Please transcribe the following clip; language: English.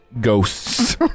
Ghosts